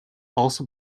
also